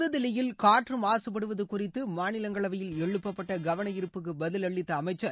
புதுதில்லியில் காற்று மாசுபடுவது குறித்து மாநிலங்களவையில் எழுப்பப்பட்ட கவனார்ப்புக்கு பதில் அளித்த அமைச்சர்